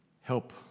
Help